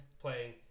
Playing